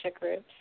groups